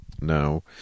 No